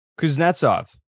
Kuznetsov